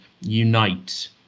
unite